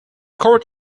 court